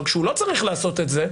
אבל כשהוא לא צריך לעשות את זה,